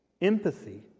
empathy